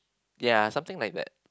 ya something like that